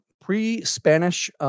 pre-Spanish